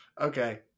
Okay